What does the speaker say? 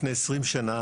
לפני עשרים שנה,